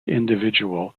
individual